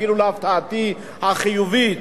אפילו להפתעתי החיובית,